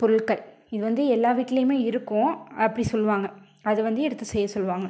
பொருட்கள் இது வந்து எல்லா வீட்டிலையுமே இருக்கும் அப்படி சொல்வாங்க அது வந்து எடுத்து செய்ய சொல்வாங்க